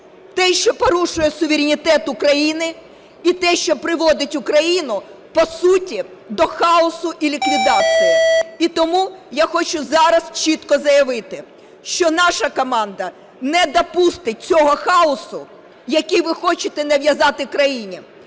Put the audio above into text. те, що порушує суверенітет України, і те, що приводить Україну, по суті, до хаосу і ліквідації. І тому я хочу зараз чітко заявити, що наша команда не допустить цього хаосу, який ви хочете нав'язати країні.